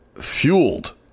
fueled